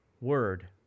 word